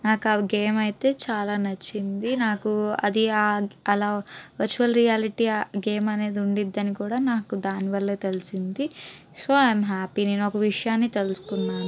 నాకు ఆ గేమ్ అయితే చాలా నచ్చింది నాకు అది అలా వర్చ్యువల్ రియాలిటీ గేమ్ అని ఉండిద్ది అని కూడా నాకు దాని వల్లే తెలిసింది సో ఐ యాం హ్యాపీ నేను ఒక విషయాన్ని తెలుసుకున్నాను